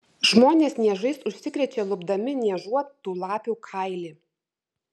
žmonės niežais užsikrečia lupdami niežuotų lapių kailį